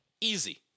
easy